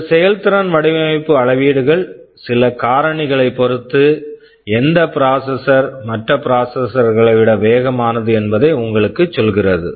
இந்த செயல்திறன் வடிவமைப்பு அளவீடுகள் சில காரணிகளை பொருத்து எந்த ப்ராசெசர் processor மற்ற ப்ராசெசர் processor -களை விட வேகமானது என்பதை உங்களுக்கு சொல்கிறது